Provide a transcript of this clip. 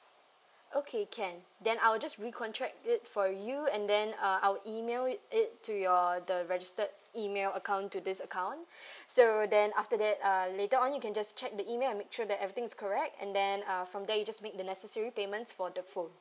okay can then I'll just recontract it for you and then uh I'll email it to your the registered email account to this account so then after that uh later on you can just check the email and make sure that everything's correct and then uh from there you just make the necessary payment for the phone